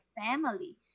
family